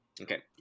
Okay